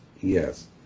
yes